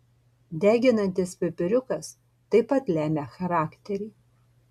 deginantis pipiriukas taip pat lemia charakterį